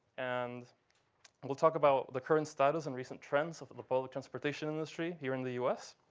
and we'll talk about the current status and recent trends of the public transportation industry here in the us,